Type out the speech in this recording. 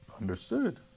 Understood